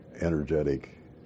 energetic